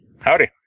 Howdy